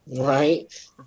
right